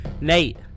Nate